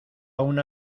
una